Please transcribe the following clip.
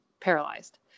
paralyzed